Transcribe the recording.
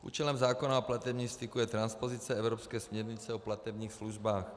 Účelem zákona o platebním styku je transpozice evropské směrnice o platebních službách.